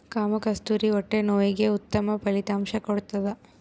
ಕಾಮಕಸ್ತೂರಿ ಹೊಟ್ಟೆ ನೋವಿಗೆ ಉತ್ತಮ ಫಲಿತಾಂಶ ಕೊಡ್ತಾದ